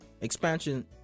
Expansion